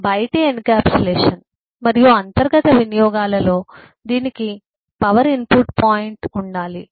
ఇది బయటి ఎన్క్యాప్సులేషన్ మరియు అంతర్గత వినియోగాలలో దీనికి పవర్ ఇన్ పుట్ పాయింట్ ఉండాలి